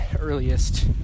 earliest